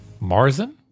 Marzen